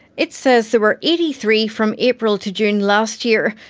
it says there were eighty three from april to june last year,